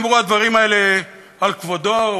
לו נאמרו הדברים האלה על כבודו,